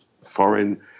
foreign